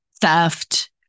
theft